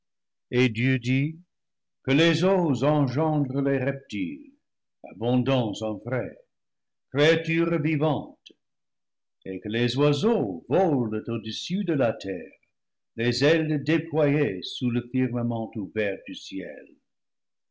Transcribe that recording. et dieu dit que les eaux engendrent les reptiles abondants en frai créatures vivantes et que les oiseaux volent au dessus de la terre les ailes déployées sous le firmament ouvert du ciel